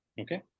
Okay